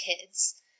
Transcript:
kids